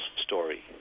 story